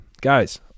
guys